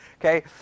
Okay